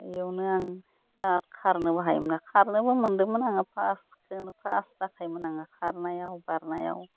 बेयावनो आं बिराथ खारनोबो हायोमोन आं खारनोबो मोन्दोंमोन आङो फार्स्टखौनो फार्स्ट जाखायोमोन आङो खारनायाव बारनायाव